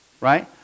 right